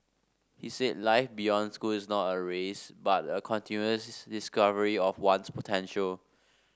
he said life beyond school is not a race but a continuous discovery of one's potential